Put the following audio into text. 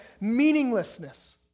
Meaninglessness